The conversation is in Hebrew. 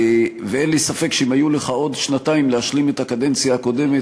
ואין לי ספק שאם היו לך עוד שנתיים להשלים את הקדנציה הקודמת